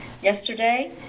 yesterday